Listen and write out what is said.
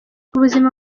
ubuzima